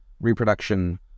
reproduction